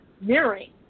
mirroring